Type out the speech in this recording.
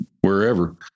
wherever